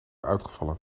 uitgevallen